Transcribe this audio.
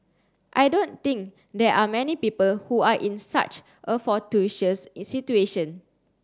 I don't think there are many people who are in such a fortuitous situation